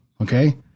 Okay